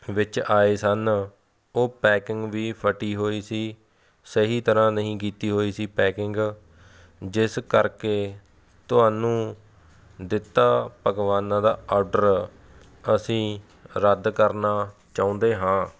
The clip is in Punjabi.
ਵਿੱਚ ਆਏ ਸਨ ਉਹ ਪੈਕਿੰਗ ਵੀ ਫਟੀ ਹੋਈ ਸੀ ਸਹੀ ਤਰ੍ਹਾਂ ਨਹੀਂ ਕੀਤੀ ਹੋਈ ਸੀ ਪੈਕਿੰਗ ਜਿਸ ਕਰਕੇ ਤੁਹਾਨੂੰ ਦਿੱਤਾ ਪਕਵਾਨਾਂ ਦਾ ਔਡਰ ਅਸੀਂ ਰੱਦ ਕਰਨਾ ਚਾਹੁੰਦੇ ਹਾਂ